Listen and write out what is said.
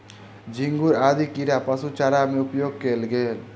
झींगुर आदि कीड़ा पशु चारा में उपयोग कएल गेल